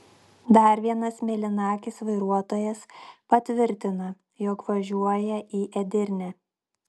dar vienas mėlynakis vairuotojas patvirtina jog važiuoja į edirnę